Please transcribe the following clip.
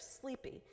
sleepy